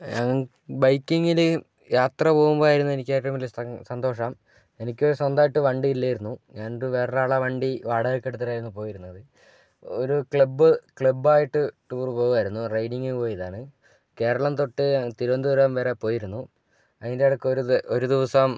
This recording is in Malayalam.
ഞാൻ ബൈക്കിങ്ങില് യാത്ര പോകുമ്പോഴായിരുന്നു എനിക്കേറ്റവും കൂടുതൽ സന്തോഷം എനിക്ക് സ്വന്തായിട്ട് വണ്ടി ഇല്ലായിരുന്നു ഞാൻ ഒരു വേറൊരാളുടെ വണ്ടി വാടകയ്ക്കെടുത്തിട്ടായിരുന്നു പോയിരുന്നത് ഒരു ക്ലബ് ക്ലബ്ബായിട്ട് ടൂർ പോവായിരുന്നു റൈഡിങ്ങ് പോയതാണ് കേരളം തൊട്ട് അങ്ങ് തിരുവനന്തപുരം വരെ പോയിരുന്നു അതിന്റിടയ്ക്ക് ഒര് ഒരു ദിവസം